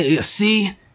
See